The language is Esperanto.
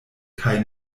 kaj